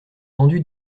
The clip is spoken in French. tendus